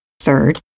Third